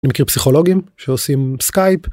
כפסיכולוגים שעושים סקייפ.